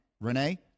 Renee